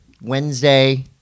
Wednesday